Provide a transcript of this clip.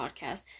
Podcast